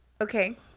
Okay